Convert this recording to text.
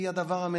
היא הדבר המנצח,